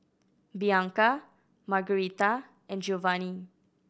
Bianca Margarita and Giovanny